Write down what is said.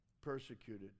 persecuted